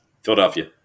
Philadelphia